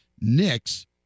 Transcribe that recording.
Knicks